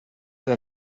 del